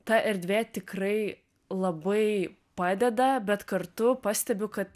ta erdvė tikrai labai padeda bet kartu pastebiu kad